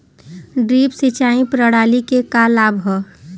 Drip सिंचाई प्रणाली के का लाभ ह?